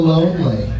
Lonely